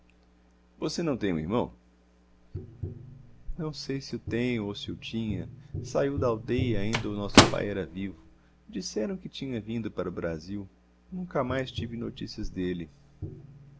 você não tem um irmão não sei se o tenho ou se o tinha saiu da aldeia ainda o nosso pai era vivo disseram que tinha vindo para o brasil nunca mais tive noticias dele